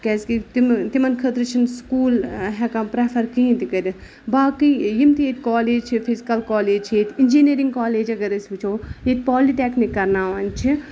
کیازِ کہِ تِمن تِمن خٲطرٕ چھُنہٕ سکوٗل ہیٚکان پرٛفر کِہینۍ تہِ کٔرِتھ باقٕے یِم تہِ ییٚتہِ کالج چھِ فِزِکل کالج چھِ ییٚتہِ اِنجینٔرِنگ کالج اَگر أسۍ وُچھو ییٚتہِ پالِٹیٚکنِک کَرناوان چھِ